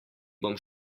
bom